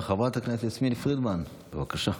חברת הכנסת יסמין פרידמן, בבקשה.